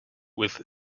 with